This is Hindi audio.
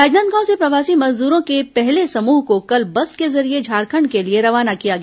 राजनांदगांव से प्रवासी मजदूरों के पहले समूह को कल बस के जरिए झारखंड के लिए रवाना किया गया